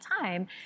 time